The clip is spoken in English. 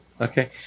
Okay